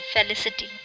felicity